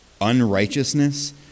unrighteousness